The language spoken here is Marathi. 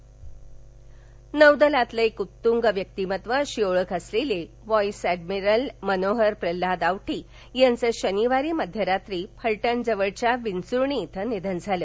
निधन नौदलातील एक उत्तुंग व्यक्तिमत्व अशी ओळख असलेले व्हा अ अॅडमिरल मनोहर प्रल्हाद आवटी यांचं शनिवारी मध्यरात्री फलटण जवळच्या विंचुर्णी धे निधन झालं